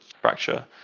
fracture